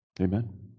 Amen